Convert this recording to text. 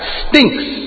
stinks